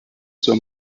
zur